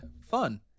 Fun